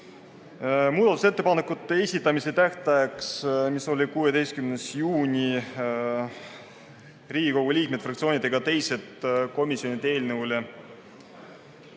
Muudatusettepanekute esitamise tähtajaks, mis oli 16. juuni, Riigikogu liikmed, fraktsioonid ega teised komisjonid eelnõu